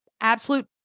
absolute